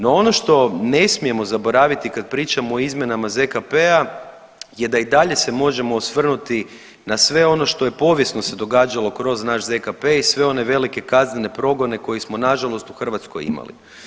No, ono što ne smijemo zaboraviti kad pričamo o izmjenama ZKP-a je da i dalje se možemo osvrnuti na sve ono što je povijesno se događalo kroz naš ZKP i sve one velike kaznene progone kojih smo nažalost u Hrvatskoj imali.